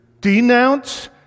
denounce